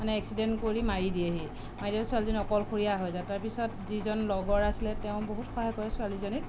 মানে এক্সিডেণ্ট কৰি মাৰি দিয়েহি মাৰি দিয়াৰ পিছত ছোৱালীজনী অকলশৰীয়া হৈ যায় তাৰ পিছত যিজন লগৰ আছিল তেওঁ বহুত সহায় কৰে ছোৱালীজনীক